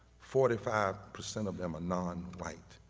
forty five percent of them are non-white,